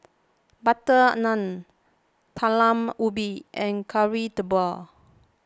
Butter Naan Talam Ubi and Kari Debal